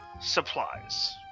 supplies